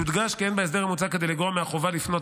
יודגש כי אין בהסדר המוצע כדי לגרוע מהחובה לפנות